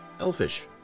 Elfish